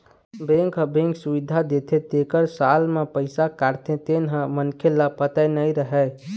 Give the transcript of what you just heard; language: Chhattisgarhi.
बेंक ह बेंक सुबिधा देथे तेखर साल म पइसा काटथे तेन ह मनखे ल पता नइ रहय